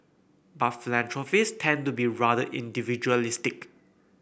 but philanthropist tend to be rather individualistic